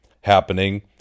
happening